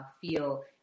feel